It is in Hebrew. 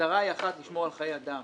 המטרה היא אחת, לשמור על חיי אדם.